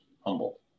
humble